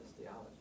theology